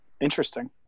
interesting